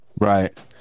Right